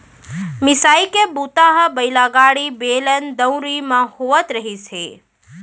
मिसाई के बूता ह बइला गाड़ी, बेलन, दउंरी म होवत रिहिस हे